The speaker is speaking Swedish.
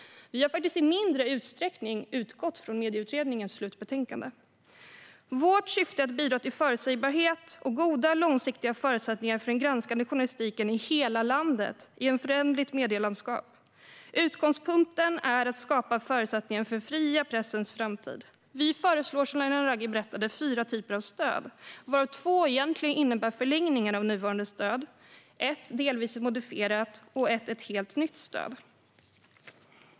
Vi har faktiskt i mindre utsträckning utgått från Medieutredningens slutbetänkande. Vårt syfte är att bidra till förutsägbarhet och goda, långsiktiga förutsättningar för den granskande journalistiken i hela landet i ett föränderligt medielandskap. Utgångspunkten är att skapa förutsättningar för den fria pressens framtid. Som Laila Naraghi berättade föreslår vi fyra typer av stöd, varav två egentligen innebär förlängningar av nuvarande stöd, ett är ett delvis modifierat stöd och ett är ett helt nytt stöd.